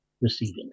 receiving